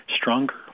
stronger